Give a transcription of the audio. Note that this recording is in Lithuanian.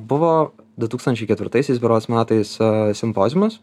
buvo du tūkstančiai ketvirtaisiais berods metais simpoziumas